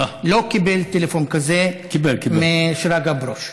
לא קיבל טלפון כזה משרגא ברוש.